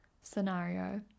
scenario